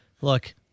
Look